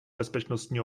bezpečnostní